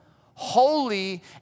holy